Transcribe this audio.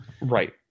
Right